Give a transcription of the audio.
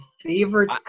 favorite